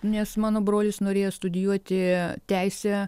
nes mano brolis norėjo studijuoti teisę